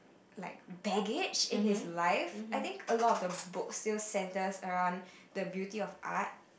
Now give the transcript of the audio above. like baggage in his life I think a lot of the book still centers around the beauty of art